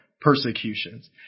persecutions